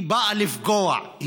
היא באה לפגוע.